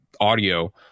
audio